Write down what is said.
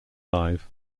live